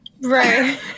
Right